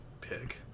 pig